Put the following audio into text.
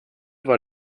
war